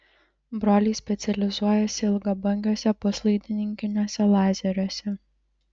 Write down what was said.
broliai specializuojasi ilgabangiuose puslaidininkiniuose lazeriuose